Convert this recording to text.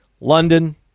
London